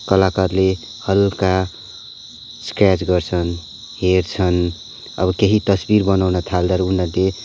कलाकारले हल्का स्केच गर्छन् हेर्छन् अब केही तस्विर बनाउन थाल्दा उनीहरूले